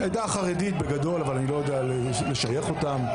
הם מהעדה החרדית בגדול אבל אני לא יודע לשייך אותם.